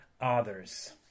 others